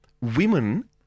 Women